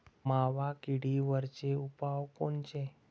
मावा किडीवरचे उपाव कोनचे?